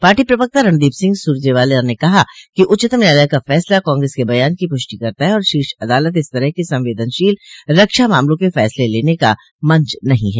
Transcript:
party प्रवक्ता रणदोप सिंह सुरजेवाला ने कहा कि उच्चतम न्यायालय का फैसला कांग्रेस के बयान की प्रष्टि करता है कि शीर्ष अदालत इस तरह के संवेदनशील रक्षा मामलों के फैसले लेने का मंच नहीं है